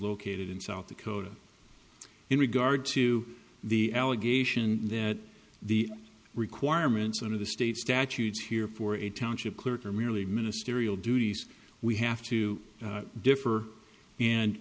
located in south dakota in regard to the allegation that the requirements under the state statutes here for a township clerk are merely ministerial duties we have to differ and